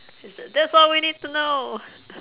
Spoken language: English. it's that that's all we need to know